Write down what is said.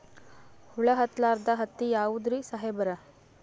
ಹುಳ ಹತ್ತಲಾರ್ದ ಹತ್ತಿ ಯಾವುದ್ರಿ ಸಾಹೇಬರ?